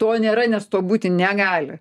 to nėra nes to būti negali